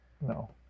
No